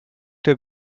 der